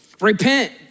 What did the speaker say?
Repent